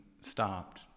stopped